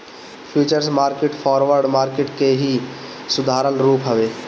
futures market forward market के ही सुधारल रूप हवे